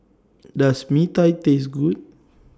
Does Mee Tai Taste Good